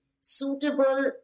suitable